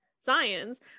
science